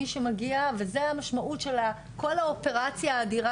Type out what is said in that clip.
מי שמגיע וזה המשמעות של כל האופרציה האדירה